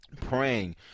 praying